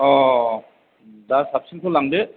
दा साबसिनखौ लांदो